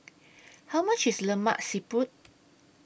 How much IS Lemak Siput